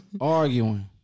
Arguing